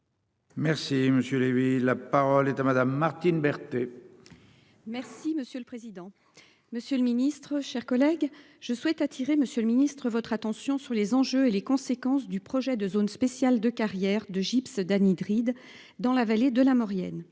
Merci monsieur Lévy. La parole est à madame Martine Berthet. Merci monsieur le président. Monsieur le Ministre, chers collègues, je souhaite attirer Monsieur le Ministre votre attention sur les enjeux et les conséquences du projet de zone spéciale de carrières de gypse d'anhydride dans la vallée de la Maurienne.